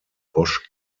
bosch